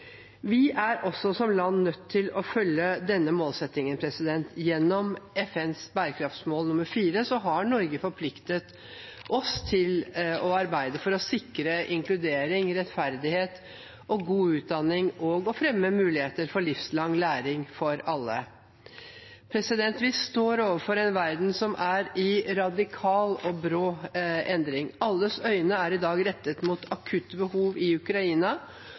Vi er også som land nødt til å følge denne målsettingen. Gjennom FNs bærekraftsmål nr. 4 har vi i Norge forpliktet oss til å arbeide for å sikre inkludering, rettferdighet, god utdanning og fremme mulighet for livslang læring for alle. Vi står overfor en verden som er i radikal og brå endring. Alles øyne er i dag rettet mot akutte behov i Ukraina